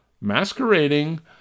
masquerading